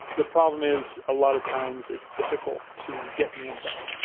the problem is, a lot of times it's difficult to get the enzymes.